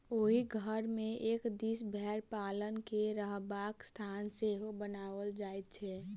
ओहि घर मे एक दिस भेंड़ पालक के रहबाक स्थान सेहो बनाओल जाइत छै